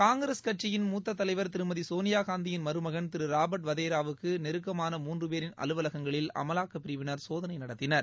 காங்கிரஸ் கட்சியின் மூத்த தலைவா் திருமதி சோனியாகாந்தியின் மருமகன் திரு ராபா்ட் வதேரா வுக்கு நெருங்கமான மூன்று பேரின் அலுவலகங்களில் அமலாக்கப் பிரிவினர் சோதனை நடத்தினர்